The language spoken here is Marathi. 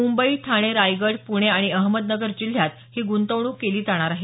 मुंबई ठाणे रायगड पुणे आणि अहमदनगर जिल्ह्यात ही गुंतवणूक केली जाणार आहे